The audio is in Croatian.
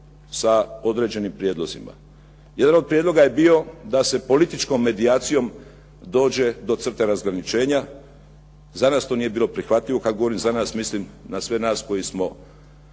sa određenim prijedlozima. Jedan od prijedloga je bio da se političkom medijacijom dođe do crte razgraničenja. Za nas to nije bilo prihvatljivo. Kad govorim za nas, mislim na sve nas koji smo